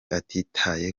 atitaye